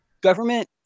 government